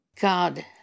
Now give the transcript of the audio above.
God